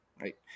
right